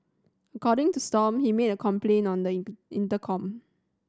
according to Stomp he made a complaint on the in intercom